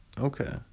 Okay